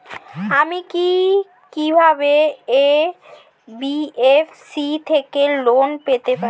আমি কি কিভাবে এন.বি.এফ.সি থেকে লোন পেতে পারি?